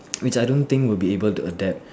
which I don't think will be able to adapt